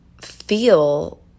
feel